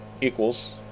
equals